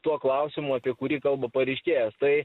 tuo klausimu apie kurį kalba pareiškėjas tai